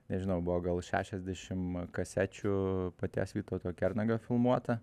nežinau buvo gal šešiasdešim kasečių paties vytauto kernagio filmuota